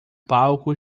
palco